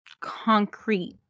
concrete